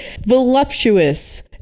voluptuous